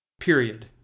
Period